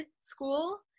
school